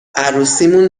عروسیمون